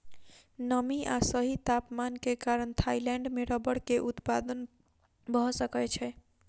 नमी आ सही तापमान के कारण थाईलैंड में रबड़ के उत्पादन भअ सकै छै